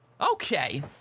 Okay